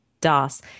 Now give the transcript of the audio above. Das